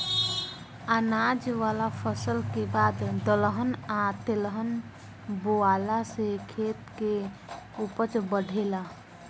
अनाज वाला फसल के बाद दलहन आ तेलहन बोआला से खेत के ऊपज बढ़ेला